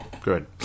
good